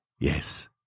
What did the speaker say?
Yes